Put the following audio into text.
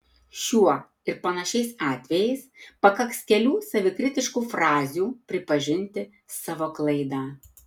šiuo ir panašiais atvejais pakaks kelių savikritiškų frazių pripažinti savo klaidą